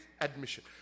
admission